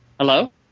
Hello